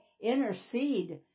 intercede